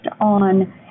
on